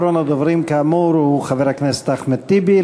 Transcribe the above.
אחרון הדוברים כאמור, חבר הכנסת אחמד טיבי.